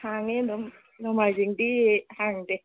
ꯍꯥꯡꯉꯤ ꯑꯗꯨꯝ ꯅꯣꯡꯃꯥꯏꯖꯤꯡꯗꯤ ꯍꯥꯡꯗꯦ